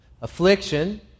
Affliction